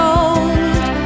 old